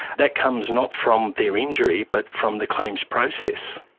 that comes not from their injury but from the claims process.